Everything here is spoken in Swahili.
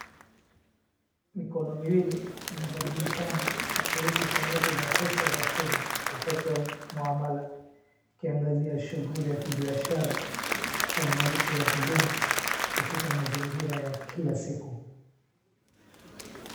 Mikono miwili inabadilishana kifurushi cha noti za pesa za Kenya wakati wa muamala ikianagazia shughuli ya kibiashara au malipo ya huduma katika mazingira ya kila siku.